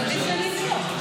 אז עדיף שאני אמשוך.